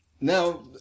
Now